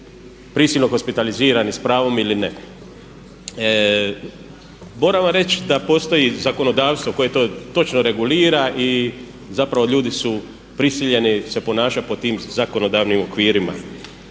prisilno hospitalizirani sa pravom ili ne. Moram vam reći da postoji zakonodavstvo koje to točno regulira i zapravo ljudi su prisiljeni se ponašati po tim zakonodavnim okvirima.